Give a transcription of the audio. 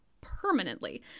permanently